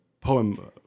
poem